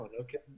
okay